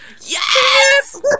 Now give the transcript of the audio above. yes